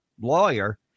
lawyer